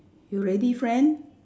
you ready friend